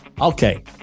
okay